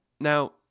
now